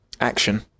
action